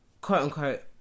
quote-unquote